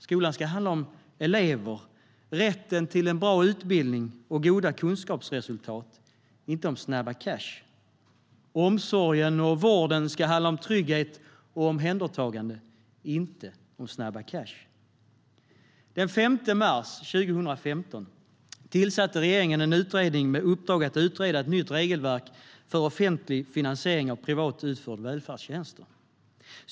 Skolan ska handla om elever, rätten till en bra utbildning och goda kunskapsresultat, inte om snabba cash. Omsorgen och vården ska handla om trygghet och omhändertagande, inte om snabba cash. Den 5 mars 2015 tillsatte regeringen en utredning med uppdrag att utreda ett nytt regelverk för offentlig finansiering av privat utförda välfärdstjänster.